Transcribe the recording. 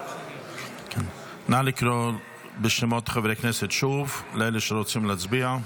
נא לקרוא שוב בשמות חברי הכנסת שרוצים להצביע.